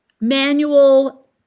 manual